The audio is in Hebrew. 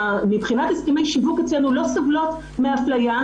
מבחינת הסכמי שיווק אצלנו לא סובלות מאפליה,